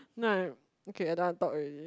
no okay I don't want to talk already